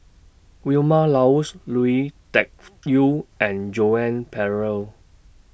Vilma Laus Lui Tuck Yew and Joan Pereira